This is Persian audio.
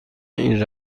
این